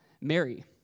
Mary